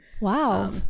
Wow